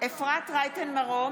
אפרת רייטן מרום,